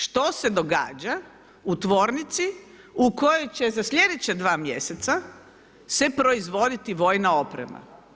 Što se događa u tvornici u kojoj će za sljedeća 2 mjeseca se proizvoditi vojna oprema?